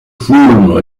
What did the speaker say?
furono